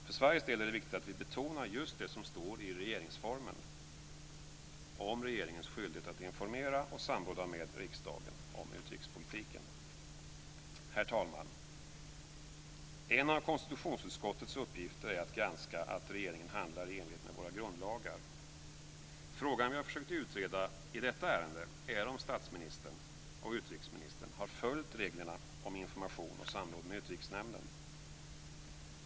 För Sveriges del är det viktigt att vi betonar just det som står i regeringsformen om regeringens skyldighet att informera och samråda med riksdagen om utrikespolitiken. Herr talman! En av konstitutionsutskottets uppgifter är att granska att regeringen handlar i enlighet med våra grundlagar. Den fråga vi har försökt utreda i detta ärende är om statsministern och utrikesministern har följt reglerna om information och samråd med Utrikesnämnden.